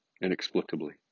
inexplicably